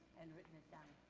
and written it down